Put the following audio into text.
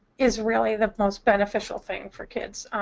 is really the most beneficial thing for kids.